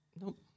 Nope